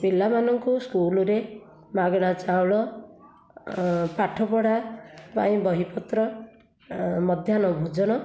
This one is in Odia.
ପିଲାମାନଙ୍କୁ ସ୍କୁଲରେ ମାଗଣା ଚାଉଳ ପାଠ ପଢ଼ା ପାଇଁ ବହି ପତ୍ର ମଧ୍ୟାନ ଭୋଜନ